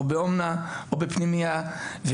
או באומנה או בפנימייה.